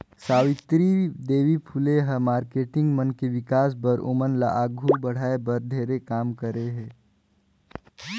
सावित्री देवी फूले ह मारकेटिंग मन के विकास बर, ओमन ल आघू बढ़ाये बर ढेरे काम करे हे